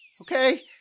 Okay